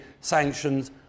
sanctions